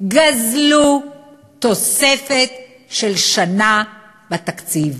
גזלו תוספת של שנה בתקציב.